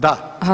Da.